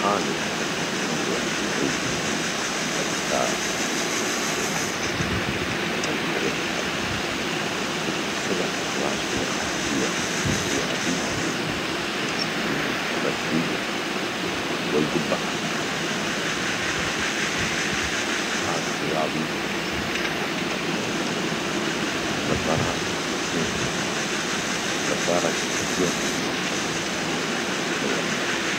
أني أحب التنوع في الألبسة الأزياء الأحذية أمتلك حوالي ست أو سبع أزواج من الأحذية الرياضية الرسمية و الجباعات بعد عندي جباعات رياضية وجباعات عادية و من النظارات عندي اثنين نظارة شمسية وواحدة طبية أحب التنوع في الأزياء.